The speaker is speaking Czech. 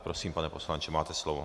Prosím, pane poslanče, máte slovo.